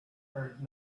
heard